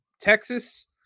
Texas